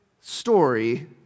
story